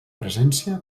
presència